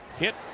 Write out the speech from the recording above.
Hit